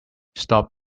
stop